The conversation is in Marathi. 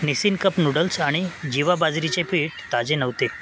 निसीन कप नूडल्स आणि जिवा बाजरीचे पीठ ताजे नव्हते